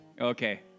Okay